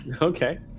Okay